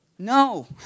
No